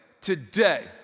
today